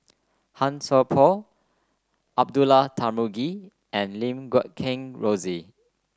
Han Sai Por Abdullah Tarmugi and Lim Guat Kheng Rosie